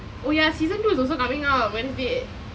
oh ya season two is also coming out wednesday